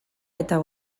eta